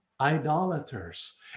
idolaters